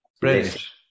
british